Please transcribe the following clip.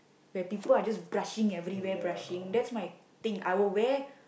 where people are just brushing everywhere brushing that's my thing I will wear